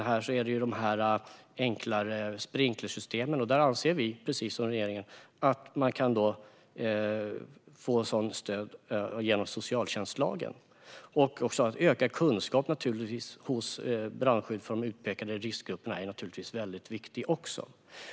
Det frågan gäller är de enklare sprinklersystemen, och precis som regeringen anser vi att man kan få sådant stöd genom socialtjänstlagen. Det handlar också om att öka kunskapen om brandskydd för de utpekade riskgrupperna; det är naturligtvis väldigt viktigt.